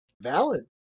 valid